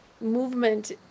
movement